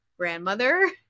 grandmother